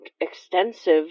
extensive